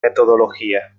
metodología